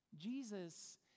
Jesus